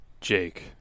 Jake